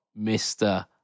Mr